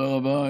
תודה רבה.